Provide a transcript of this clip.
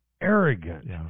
arrogant